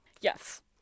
Yes